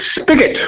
Spigot